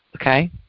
Okay